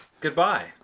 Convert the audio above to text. goodbye